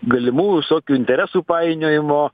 galimų visokių interesų painiojimo